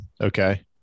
okay